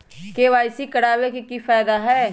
KYC करवाबे के कि फायदा है?